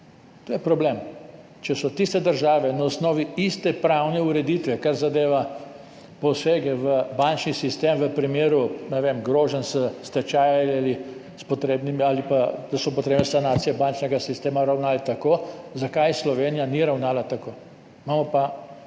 To je problem. Če so tiste države na osnovi iste pravne ureditve, kar zadeva posege v bančni sistem v primeru, ne vem, groženj s stečaji ali da so potrebne sanacije bančnega sistema, ravnali tako, zakaj tudi Slovenija ni ravnala tako? Imamo pa